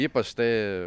ypač tai